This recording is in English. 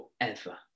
forever